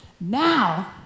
Now